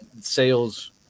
sales